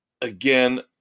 Again